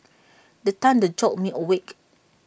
the thunder jolt me awake